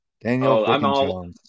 Daniel